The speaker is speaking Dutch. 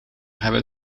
hebben